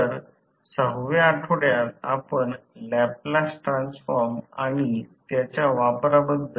आपण हे पाहणार आहोत की इंडक्शन मोटर ची गती भारासह कमी होते जास्तीत जास्त यांत्रिक उर्जा आउटपुट त्या स्लिप शी संबंधित नाहे ज्यावर जास्तीत जास्त टॉर्क विकसित झाला आहे